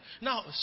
Now